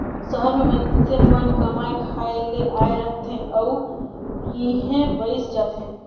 सहर में मइनसे मन कमाए खाए ले आए रहथें अउ इहें बइस जाथें